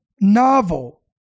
novel